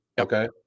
Okay